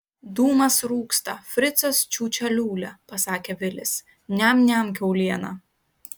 dūmas rūksta fricas čiūčia liūlia pasakė vilis niam niam kiaulieną